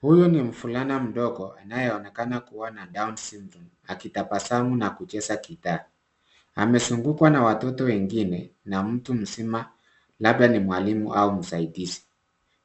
Huyu ni mvulana mdogo anayeonekana kuwa na Down Syndrome akitasamu na kucheza gitaa. Amezungukwa na watoto wengine, na mtu mzima labda ni mwalimu au msaidizi.